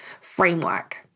framework